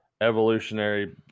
evolutionary